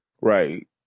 Right